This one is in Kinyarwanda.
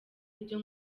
ibyo